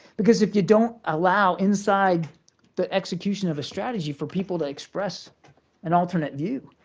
because if you don't allow inside the execution of a strategy for people to express an alternate view,